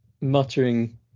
muttering